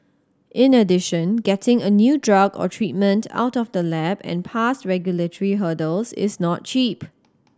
in addition getting a new drug or treatment out of the lab and past regulatory hurdles is not cheap